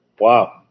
Wow